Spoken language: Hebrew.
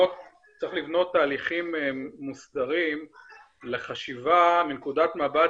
שצריך לבנות תהליכים מוסדרים לחשיבה מנקודת מבט